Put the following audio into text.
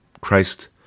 Christ